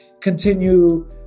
continue